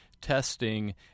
testing